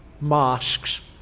mosques